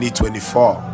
2024